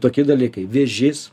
toki dalykai vėžys